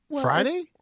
Friday